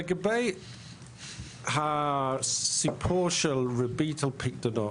לגבי הסיפור של ריבית או פיקדונות,